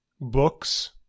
books